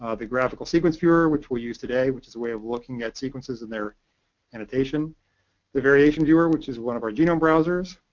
ah the graphical sequence viewer, which we'll use today, which is a of looking at sequences and their annotation the variation viewer, which is one of our genome browsers.